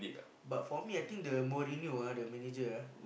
but for me I think the Mourinho ah the manager ah